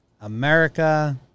America